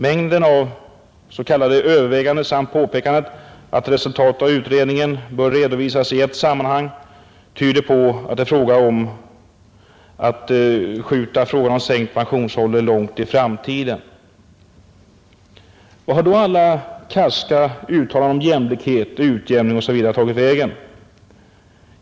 Mängden av s.k. överväganden samt påpekandet, att resultaten av utredningen bör redovisas i ett sammanhang, tyder på att det är fråga om att skjuta frågan om sänkt pensionsålder långt i framtiden. Vart har då alla karska uttalanden om jämlikhet, utjämning o.s.v. tagit vägen?